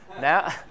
now